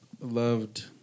loved